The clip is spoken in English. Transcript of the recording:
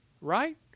right